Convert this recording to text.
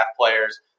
players